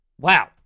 wow